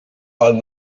and